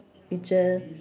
picture